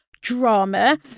drama